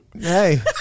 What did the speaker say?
Hey